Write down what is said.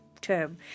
term